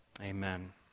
Amen